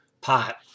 pot